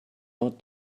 not